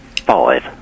Five